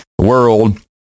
world